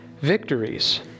victories